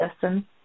Justin